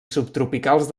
subtropicals